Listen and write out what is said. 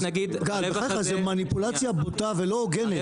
גל, זו מניפולציה בוטה ולא הוגנת.